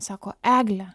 sako egle